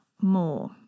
more